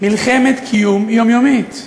מלחמת קיום יומיומית.